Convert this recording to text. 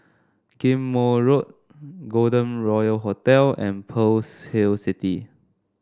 Ghim Moh Road Golden Royal Hotel and Pearl's Hill City